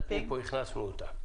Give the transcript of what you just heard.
לאוצר.